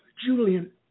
Julian